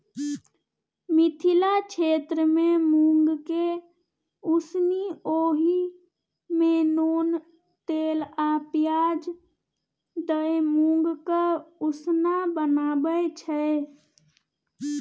मिथिला क्षेत्रमे मुँगकेँ उसनि ओहि मे नोन तेल आ पियाज दए मुँगक उसना बनाबै छै